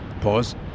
Pause